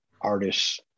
artists